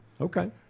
Okay